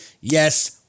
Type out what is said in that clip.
Yes